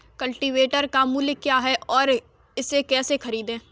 Cultivator का मूल्य क्या है और इसे कैसे खरीदें?